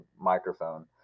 microphone